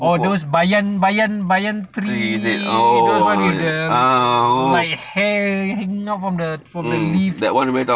orh those banyan banyan banyan tree those one is the like hair hanging out from the leaf